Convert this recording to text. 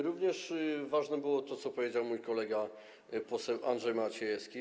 Równie ważne było to, co powiedział mój kolega poseł Andrzej Maciejewski.